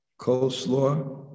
coleslaw